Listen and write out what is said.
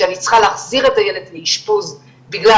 כשאני צריכה להחזיר את הילד לאשפוז בגלל